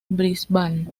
brisbane